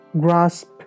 grasp